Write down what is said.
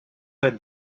her